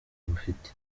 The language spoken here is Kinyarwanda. bufite